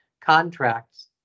contracts